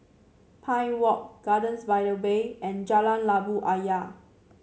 Pine Walk Gardens by the Bay and Jalan Labu Ayer